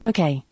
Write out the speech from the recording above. Okay